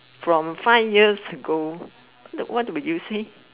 from five years ago what would you say